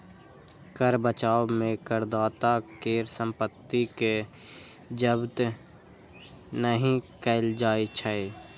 कर बचाव मे करदाता केर संपत्ति कें जब्त नहि कैल जाइ छै